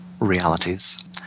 realities